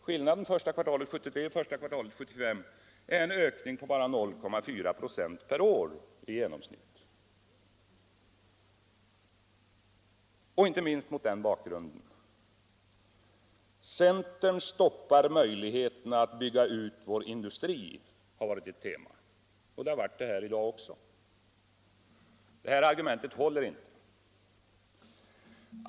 Skillnaden mellan första kvartalet 1973 och första kvartalet 1975 är bara en ökning på 0.4 96 per år i genomsnitt. Inte minst mot den bakgrunden vill jag framhålla följande: ”Centern stoppar möjligheterna att bygga ut vår industri”, har varit ett tema. Det har det varit här i dag också. Det argumentet håller emellertid inte.